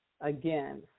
Again